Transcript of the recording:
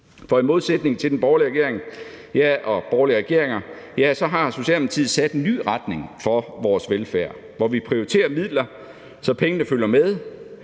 for i modsætning til de borgerlige regeringer har Socialdemokratiet sat en ny retning for vores velfærd, hvor vi prioriterer midler, så pengene følger med,